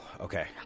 Okay